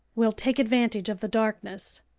we'll take advantage of the darkness.